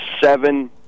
seven